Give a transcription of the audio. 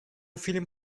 film